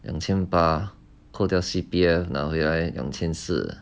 两千八扣掉 C_P_F 拿回来两千四